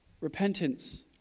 repentance